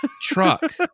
truck